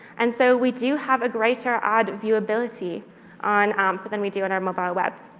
and so we do have a greater ad viewability on amp than we do on our mobile web.